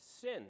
sin